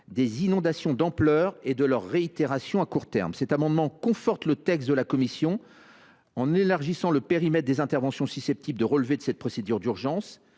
des inondations d’ampleur et de leur réitération à court terme. Cet amendement conforte le texte de la commission en élargissant le périmètre des interventions susceptibles de relever de cette procédure d’urgence.